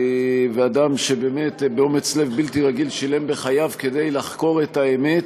אדם שבאמת באומץ לב בלתי רגיל שילם בחייו כדי לחקור את האמת